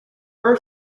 their